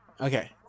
Okay